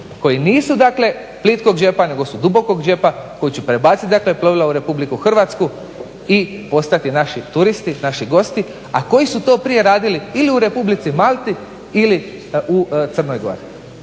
koji nisu dakle plitkog džepa nego su dubokog džepa koji će prebaciti dakle plovila u RH i ostati naši turisti, naši gosti, a koji su to prije radili ili u Republici Malti ili u Crnoj Gori.